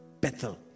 Bethel